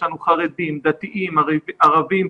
יש לנו חרדים, דתיים, ערבים,